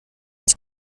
ins